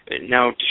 Now